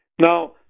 Now